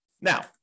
Now